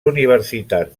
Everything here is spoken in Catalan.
universitats